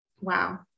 Wow